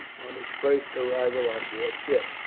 on his first arrival on board ship.